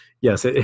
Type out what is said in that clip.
yes